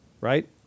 right